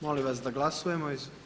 Molim vas da glasujemo.